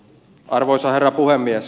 arvoisa herra puhemies